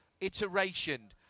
iteration